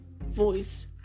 voice